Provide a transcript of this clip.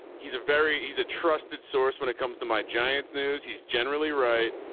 he's a very, he's a trusted source when it comes to my giants news. he's generally right.